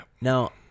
Now